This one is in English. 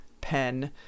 pen